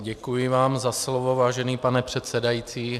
Děkuji vám za slovo, vážený pane předsedající.